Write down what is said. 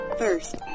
First